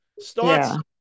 Starts